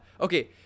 Okay